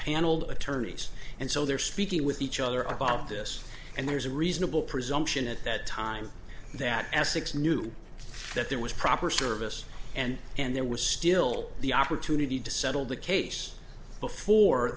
paneled attorneys and so they're speaking with each other about this and there's a reasonable presumption at that time that essex knew that there was proper service and and there was still the opportunity to settle the case before